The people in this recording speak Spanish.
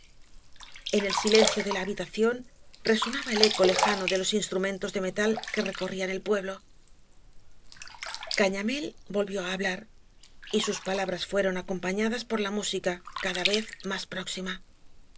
en el silencio de la habitación resonaba el eco lejano de los instrumentos de metal que recorrían el pueblo gañamél volvió á hablar y sus palabras fueron acompañadas por la música cada vez más próxima sí